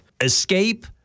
escape